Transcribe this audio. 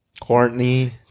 Courtney